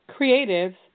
creatives